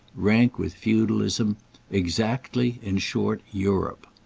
rank with feudalism exactly in short europe.